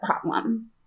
problem